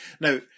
Now